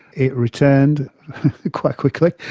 it returned quite quickly,